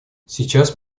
сейчас